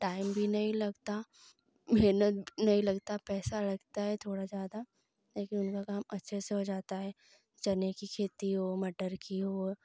time भी नहीं लगता मेहनत नहीं लगता पैसा लगता है थोड़ा ज़्यादा लेकिन उनका काम अच्छे से हो जाता है चने की खेती हो मटर की हो